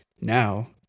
now